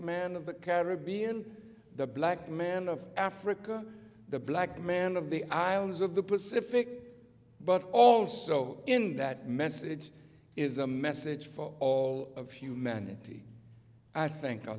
man of the caribbean the black man of africa the black man of the islands of the pacific but also in that message is a message for all of humanity i think